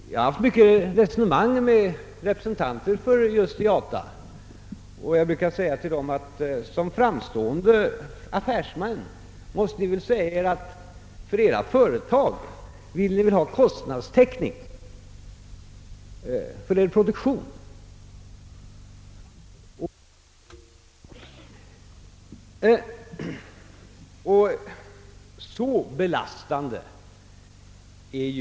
Jag har haft många resonemang med representanter för just IATA och jag brukar säga till dem att som framstående affärsmän vill de väl ha kostnadstäckning för produktionen. Detta bejakas självfallet, de är ju framstående affärsmän. Men när man överför detta på flygets sida kommer argumentet att det bör ske med viss moderation och visst visar vi moderation. Vi kan inte uppge principen.